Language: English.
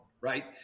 right